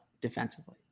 defensively